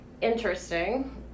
interesting